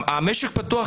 המשק פתוח,